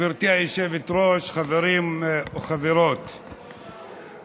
גברתי היושבת-ראש, חברים וחברות,